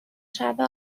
شبه